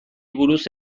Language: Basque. buruz